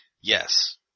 Yes